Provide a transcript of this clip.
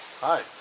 Hi